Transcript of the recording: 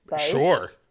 sure